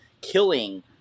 killing